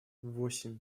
восемь